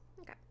Okay